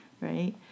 right